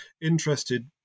interested